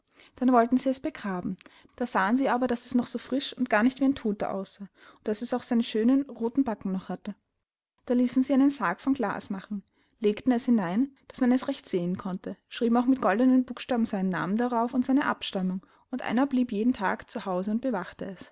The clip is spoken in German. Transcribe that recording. dann wollten sie es begraben da sahen sie aber daß es noch frisch und gar nicht wie ein todter aussah und daß es auch seine schönen rothen backen noch hatte da ließen sie einen sarg von glas machen legten es hinein daß man es recht sehen konnte schrieben auch mit goldenen buchstaben seinen namen darauf und seine abstammung und einer blieb jeden tag zu haus und bewachte es